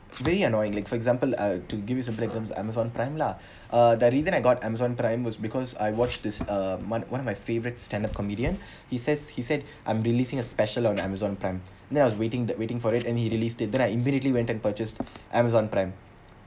really annoying like for example uh to give you some examples Amazon prime lah uh the reason I got amazon prime was because I watched this uh one one of my favorite stand-up comedian he says he said I'm releasing a special on Amazon prime then I was waiting the waiting for it and he released it then I immediately went and purchased Amazon prime